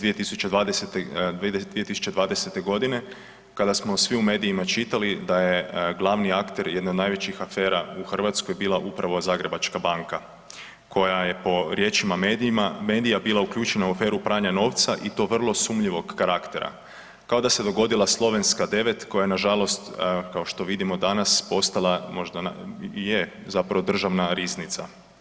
2020. g. kada smo svi u medijima čitali da je glavni akter jedne od najvećih afera u Hrvatskoj bila upravo Zagrebačka banka koja je po riječima medija bila uključena u aferu pranja novca i to vrlo sumnjivog karaktera, kao da se dogodila Slovenska 9 koja je nažalost kao što vidimo danas postala, možda i je, zapravo državna riznica.